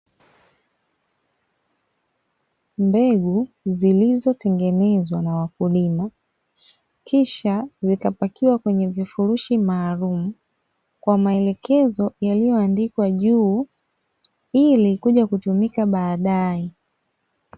Mbegu zilizotengenezwa na wakulima, kisha kupakiwa kwenye vifurushi maalumu, kwa maelekezo yaliyoandikwa juu ili kuja kutumika baadaye.